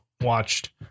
watched